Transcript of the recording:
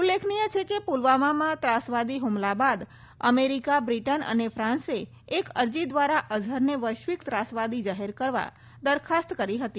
ઉલ્લેખનિય છે કે પુલવામામાં ત્રાસવાદી હુમલા બાદ અમેરિકા બ્રિટન અને ફાન્સે એક અરજી દ્વારા અઝહરને વૈશ્વિક ત્રાસવાદી જાહેર કરવા દરખાસ્ત કરી હતી